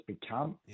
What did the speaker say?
become